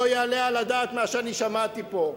לא יעלה על הדעת מה שאני שמעתי פה.